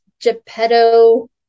geppetto